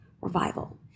revival